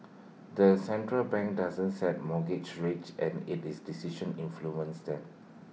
the central bank doesn't set mortgage rates and IT is decisions influence them